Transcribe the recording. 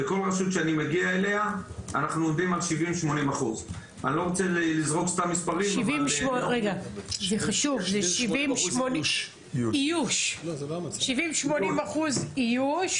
בכל רשות שאני מגיע אליה אנחנו עומדים על 70% 80%. 70% 80% איוש,